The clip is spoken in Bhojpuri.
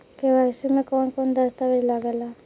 के.वाइ.सी में कवन कवन दस्तावेज लागे ला?